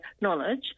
knowledge